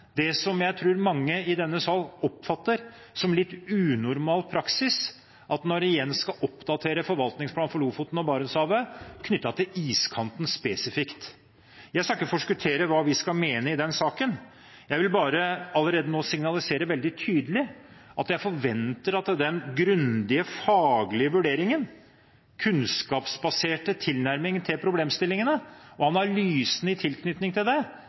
det som jeg tror mange i denne sal oppfatter som litt unormal praksis, når en igjen skal oppdatere forvaltningsplanen for Lofoten og Barentshavet knyttet til iskanten spesifikt. Jeg skal ikke forskuttere hva vi skal mene i den saken. Jeg vil bare allerede nå signalisere veldig tydelig at jeg forventer at den grundige, faglige vurderingen, kunnskapsbaserte tilnærmingen til problemstillingene og analysen i tilknytning til det,